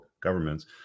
governments